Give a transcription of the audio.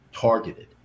targeted